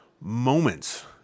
moments